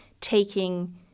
taking